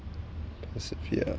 persevere